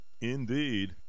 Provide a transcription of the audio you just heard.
Indeed